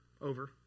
over